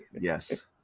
Yes